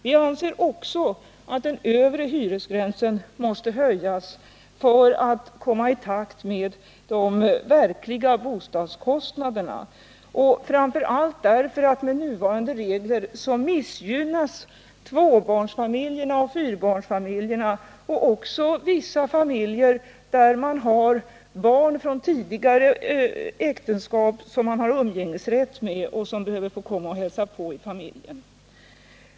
Vi anser att den övre hyresgränsen också måste höjas för att komma i takt med de verkliga bostadskostnaderna och framför allt därför att med nuvarande regler missgynnas tvåbarnsfamiljerna och fyrabarnsfamiljerna och även vissa familjer där någon av föräldrarna har umgängesrätt med barn från tidigare äktenskap som kommer och hälsar på i familjen.